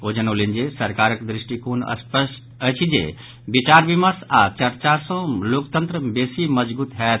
ओ जनौलनि जे सरकारक दृष्टिकोण स्पष्ट अछि जे विचार विमर्श आओर चर्चा सँ लोकतंत्र बेसी मजगूत होयत